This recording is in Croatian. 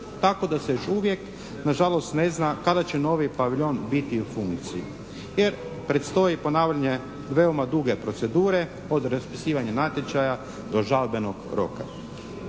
Tako da se još uvijek nažalost ne zna kada će novi paviljon biti u funkciji, jer predstoji ponavljanje veoma duge procedure, od raspisivanja natječaja do žalbenog roka.